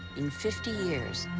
in fifty years,